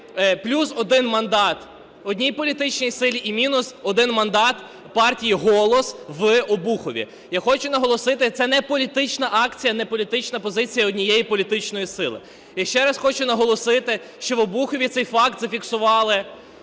плюс один мандат одній політичній силі і мінус один мандат партії "Голос" в Обухові. Я хочу наголосити, це не політична акція, не політична позиція однієї політичної сили. Я ще раз хочу наголосити, що в Обухові цей факт зафіксували